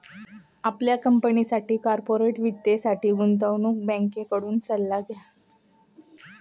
आपल्या कंपनीसाठी कॉर्पोरेट वित्तासाठी गुंतवणूक बँकेकडून सल्ला घ्या